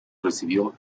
recibió